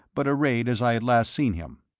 but arrayed as i had last seen him.